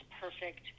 perfect